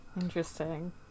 Interesting